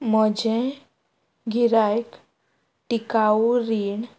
म्हजें गिरायक टिकाऊ रीण